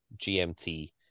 GMT